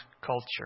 culture